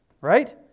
right